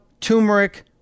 turmeric